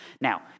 Now